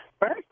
First